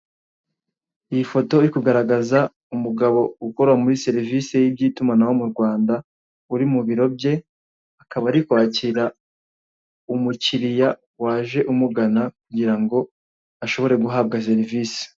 Iyi foto iri kugaragaza umugabo ukora muri serivisi y'iby'itumanaho mu Rwanda, uri mu biro bye, akaba ari kwakira umukiriya waje umugana kugira ngo ashobore guhabwa serivisi.